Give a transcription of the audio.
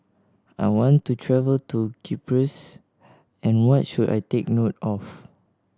I want to travel to Cyprus and what should I take note of